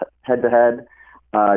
head-to-head